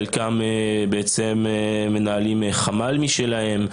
חלקם מנהלים חמ"ל משלהם,